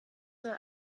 soll